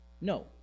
No